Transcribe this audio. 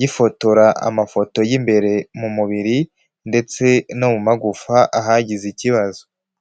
gifotora amafoto y'imbere mu mubiri ndetse no mu magufa ahagize ikibazo.